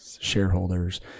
shareholders